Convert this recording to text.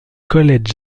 colette